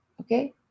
okay